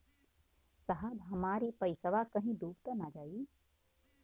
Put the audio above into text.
साहब हमार इ पइसवा कहि डूब त ना जाई न?